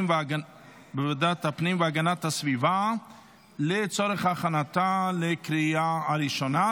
והגנת הסביבה לצורך הכנתה לקריאה הראשונה.